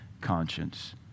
conscience